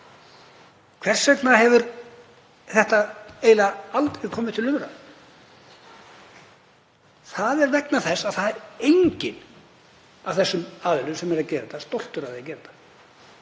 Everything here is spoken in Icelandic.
Hvers vegna hefur þetta eiginlega aldrei komið til umræðu? Það er vegna þess að það er enginn þeirra sem eru að gera þetta stoltur af því. Ég hef